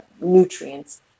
nutrients